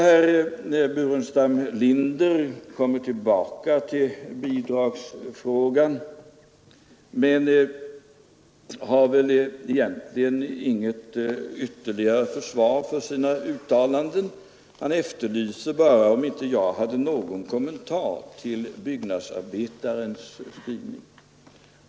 Herr Burenstam Linder kom tillbaka till bidragsfrågan men har väl egentligen inte något ytterligare försvar för sina uttalanden. Han efterlyste bara någon kommentar från mig till tidskriften Byggnadsarbetaren.